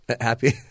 Happy